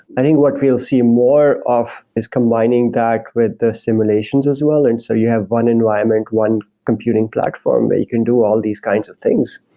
i think what we'll see more of is combining that with the simulations as well, and so you have one environment, one computer platform where but you can do all these kinds of things.